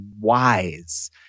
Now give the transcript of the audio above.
wise